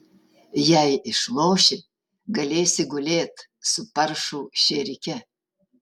jei išloši galėsi gulėt su paršų šėrike